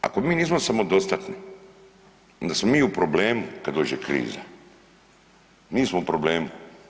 Ako mi nismo samodostatni onda smo mi u problemu kad dođe kriza, mi smo u problemu.